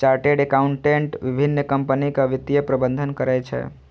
chartered accountant विभिन्न कंपनीक वित्तीय प्रबंधन करै छै